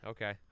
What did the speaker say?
Okay